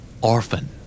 Orphan